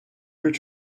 bir